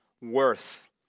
worth